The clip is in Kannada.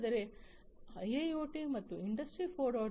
ಹಾಗಾದರೆ ಐಐಒಟಿ ಮತ್ತು ಇಂಡಸ್ಟ್ರಿ 4